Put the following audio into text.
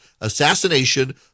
assassination